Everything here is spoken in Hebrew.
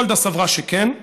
גולדה סברה שכן.